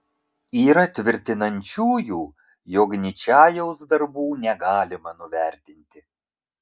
yra tvirtinančiųjų jog ničajaus darbų negalima nuvertinti